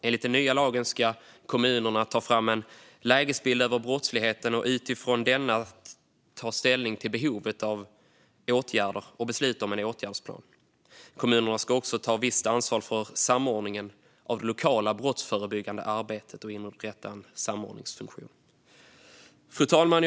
Enligt den nya lagen ska kommunerna ta fram en lägesbild över brottsligheten och utifrån denna ta ställning till behovet av åtgärder och besluta om en åtgärdsplan. Kommunerna ska också ta visst ansvar för samordningen av det lokala brottsförebyggande arbetet och inrätta en samordningsfunktion. Fru talman!